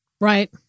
Right